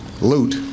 loot